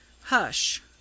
Hush